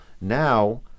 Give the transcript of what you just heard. Now